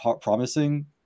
promising